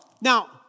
Now